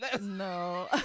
No